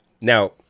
Now